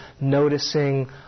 noticing